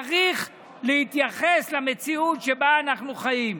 צריך להתייחס למציאות שבה אנחנו חיים.